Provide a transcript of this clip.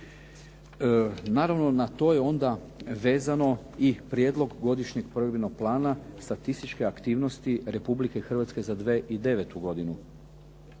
Naravno, na to je onda vezan i Prijedlog godišnjeg provedbenog plana statističke aktivnosti Republike Hrvatske za 2009. godinu.